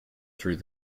through